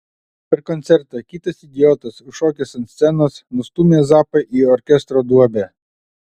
per koncertą kitas idiotas užšokęs ant scenos nustūmė zappą į orkestro duobę